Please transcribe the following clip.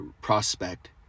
prospect